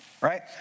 right